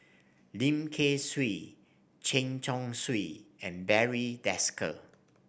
Lim Kay Siu Chen Chong Swee and Barry Desker